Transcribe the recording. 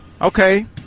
Okay